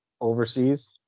overseas